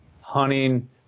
hunting